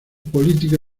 política